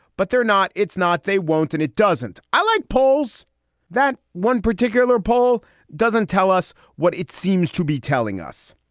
but they're not. it's not. they won't and it doesn't. i like polls that one particular poll doesn't tell us what it seems to be telling us.